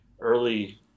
early